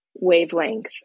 wavelength